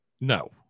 No